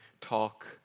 talk